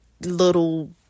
little